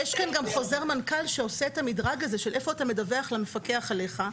חוזר מנכ"ל שעושה את המדרג הזה של איפה אתה מדווח למפקח עליך,